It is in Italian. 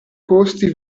costi